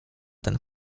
ten